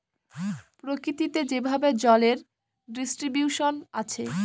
প্রকৃতিতে যেভাবে জলের ডিস্ট্রিবিউশন আছে